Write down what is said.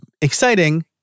exciting